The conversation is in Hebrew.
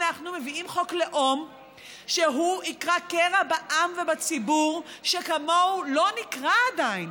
אנחנו מביאים חוק לאום שיקרע קרע בעם ובציבור שכמוהו לא נקרע עדיין.